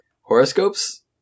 horoscopes